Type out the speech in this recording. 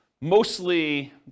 mostly